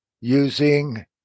using